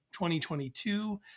2022